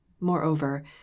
moreover